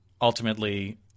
Ultimately